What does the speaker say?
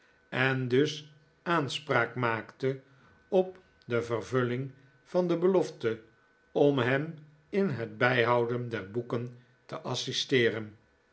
en dus aanspraak maakte op de vervulling van de belofte om hem in het bijhouden der boeken te assisteeren